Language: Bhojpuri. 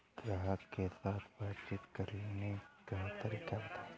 ग्राहक के साथ बातचीत करने का तरीका बताई?